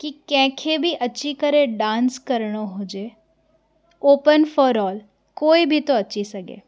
कि कंहिंखे बि अची करे डांस करिणो हुजे ओपन फोर ऑल कोई बि थो अची सघे